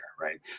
Right